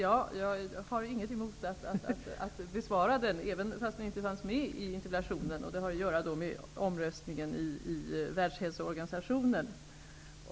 Jag har inget emot att besvara den, fast den inte fanns med i interpellationen. Den har att göra med omröstningen i Världshälsoorganisationen.